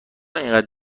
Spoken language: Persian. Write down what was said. اینقدر